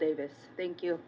davis thank you